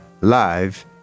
live